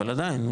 אבל עדיין,